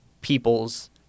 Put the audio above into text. people's